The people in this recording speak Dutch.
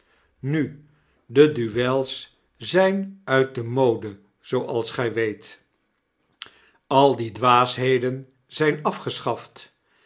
nu de duels zjjn uit de mode zooals gjj weet al die dwaasheden zijn afgeschaft